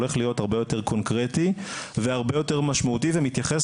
הולך להיות הרבה יותר קונקרטי והרבה יותר משמעותי ומתייחס